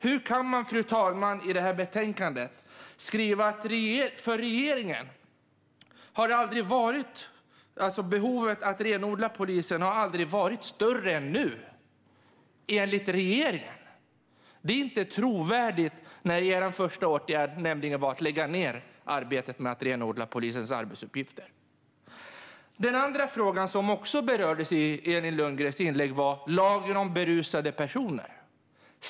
Hur kan man skriva i betänkandet att behovet av att renodla polisen enligt regeringen aldrig har varit större än nu? Det är inte trovärdigt när er första åtgärd var att lägga ned arbetet med att renodla polisens arbetsuppgifter. En annan fråga som också berördes i Elin Lundgrens inlägg var lagen om berusade personer.